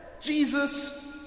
Jesus